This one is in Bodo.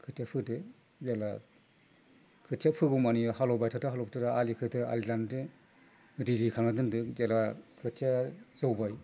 खोथिया फोदो जेला खोथिया फोगौमानि हालएवबाय थादो हालएवबाय थादो आलि होदो आलि दान्दो दै दैखांना दोन्दो जेला खोथिया जौगोन